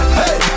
hey